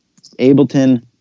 ableton